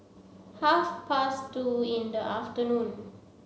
half past two in the afternoon